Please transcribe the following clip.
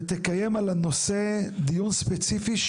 ותקיים על הנושא דיון ספציפי,